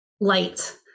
light